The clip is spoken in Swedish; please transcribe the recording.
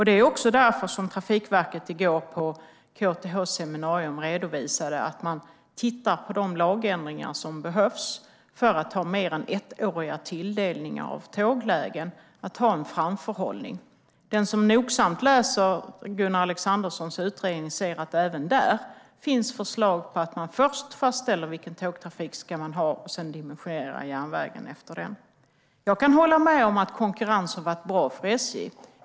Det är också därför Trafikverket på KTH:s seminarium i går redovisade att man tittar på de lagändringar som behövs för att ha mer än ettåriga tilldelningar av tåglägen och för att ha framförhållning. Den som noggrant läser Gunnar Alexanderssons utredning ser att det även där finns förslag på att man först fastställer vilken tågtrafik man ska ha och sedan dimensionerar järnvägen efter det. Jag kan hålla med om att konkurrensen har varit bra för SJ.